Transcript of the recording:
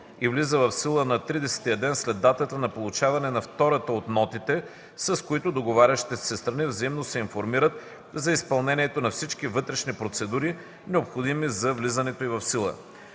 и влиза в сила на тридесетия ден след датата на получаване на втората от нотите, с които договарящите се страни взаимно се информират за изпълнението на всички вътрешни процедури, необходими за влизането й в сила.